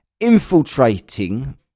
infiltrating